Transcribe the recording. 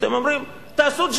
אתם אומרים: תעשו ג'סטות.